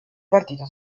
partito